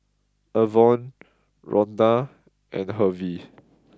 Avon Ronda and Hervey